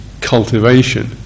cultivation